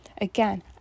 again